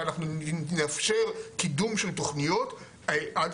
ואנחנו נאפשר קידום של תוכניות עד